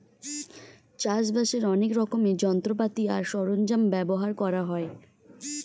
চাষবাসের অনেক রকমের যন্ত্রপাতি আর সরঞ্জাম ব্যবহার করা হয়